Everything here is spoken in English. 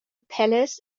palace